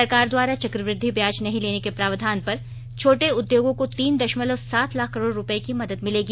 सरकार द्वारा चक्रवृद्वि ब्याज नहीं लेने के प्रावधान पर छोटे उद्योगों को तीनं दशमलव सात लाख करोड़ रुपये की मदद मिलेगी